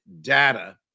data